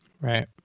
Right